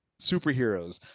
superheroes